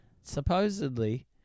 Supposedly